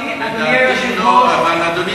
אדוני היושב-ראש,